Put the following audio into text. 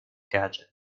gadget